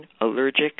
allergic